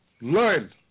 Learn